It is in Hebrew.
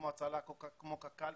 כמו קק"ל,